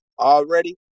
already